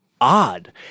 odd